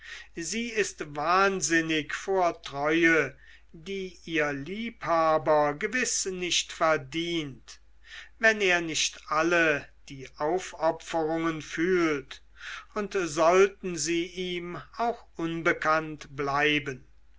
sie ist wahnsinnig vor treue die ihr liebhaber gewiß nicht verdient wenn er nicht alle die aufopferungen fühlt und sollten sie ihm auch unbekannt bleiben